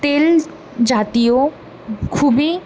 তেল জাতীয় খুবই